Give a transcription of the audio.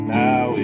now